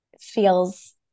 feels